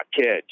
kids